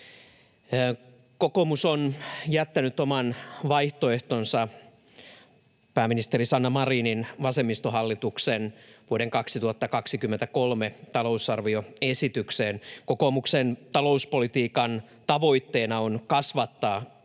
Kokoomus on jättänyt oman vaihtoehtonsa pääministeri Sanna Marinin vasemmistohallituksen vuoden 2023 talousarvioesitykseen. Kokoomuksen talouspolitiikan tavoitteena on kasvattaa